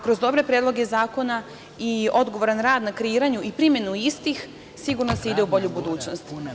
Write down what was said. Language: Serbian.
Kroz dobre predloge zakona i odgovoran rad na kreiranju i primeni istih sigurno se ide u bolju budućnost.